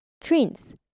trains